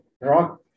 rock